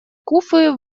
куффы